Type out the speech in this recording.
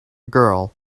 girl